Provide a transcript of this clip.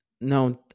no